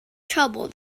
trouble